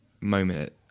moment